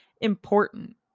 important